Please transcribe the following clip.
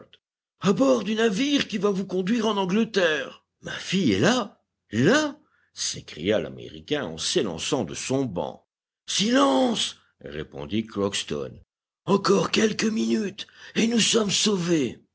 a bord du navire qui va vous conduire en angleterre ma fille est là là s'écria l'américain en s'élançant de son banc ilence répondit crockston encore quelques minutes et nous sommes sauvés